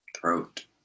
throat